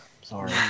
sorry